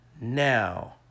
Now